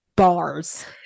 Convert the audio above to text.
bars